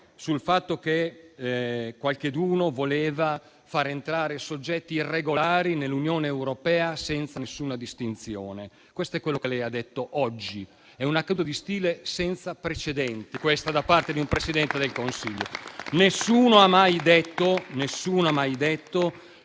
sul fatto che qualcheduno volesse far entrare soggetti irregolari nell'Unione europea senza nessuna distinzione: questo è ciò che lei ha detto oggi e questa è una caduta di stile senza precedenti da parte di un Presidente del Consiglio. Nessuno ha mai detto